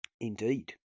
Indeed